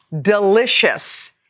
delicious